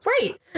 right